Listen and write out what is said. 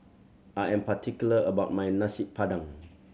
I am particular about my Nasi Padang